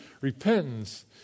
Repentance